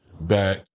back